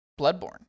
Bloodborne